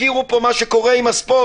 הזכירו פה את מה שקורה עם הספורט.